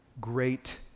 great